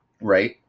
right